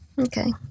okay